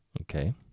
okay